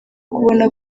kubona